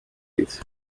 лиц